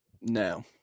No